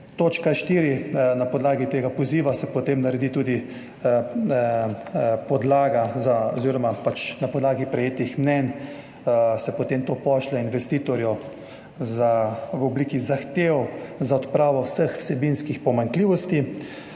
Točka štiri, na podlagi tega poziva se potem naredi tudi podlaga oziroma na podlagi prejetih mnenj se potem to pošlje investitorju v obliki zahtev za odpravo vseh vsebinskih pomanjkljivosti,